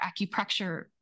acupressure